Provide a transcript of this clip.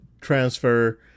transfer